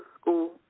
school